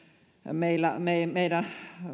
meidän